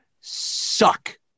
suck